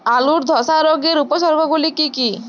আলুর ধসা রোগের উপসর্গগুলি কি কি?